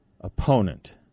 opponent